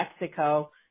Mexico